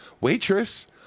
waitress